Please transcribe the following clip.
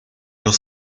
los